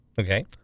Okay